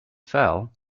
fell